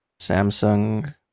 Samsung